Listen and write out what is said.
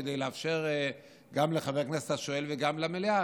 כדי לאפשר גם לחבר הכנסת השואל וגם למליאה